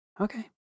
Okay